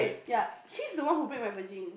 ya he's the one who break my virgin